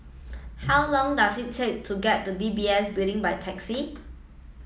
how long does it take to get to D B S Building by taxi